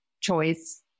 choice